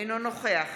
אינו נוכח